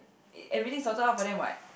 everything is sorted out for them what